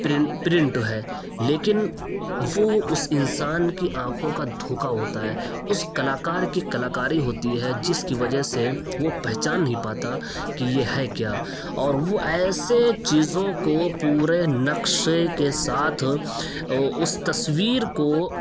print print ہے لیکن وہ اس انسان کی آنکھوں کا دھوکا ہوتا ہے اس کلا کار کی کلا کاری ہوتی ہے جس کی وجہ سے وہ پہچان نہیں پاتا کہ یہ ہے کیا اور وہ ایسے چیزوں کو پورے نقشے کے ساتھ اس تصویر کو